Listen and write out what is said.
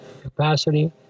capacity